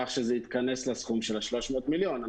כך שזה יתכנס לסכום של ה-300 מיליון.